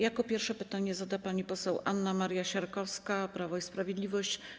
Jako pierwsza pytanie zada pani poseł Anna Maria Siarkowska, Prawo i Sprawiedliwość.